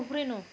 उफ्रिनु